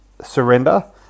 Surrender